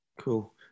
Cool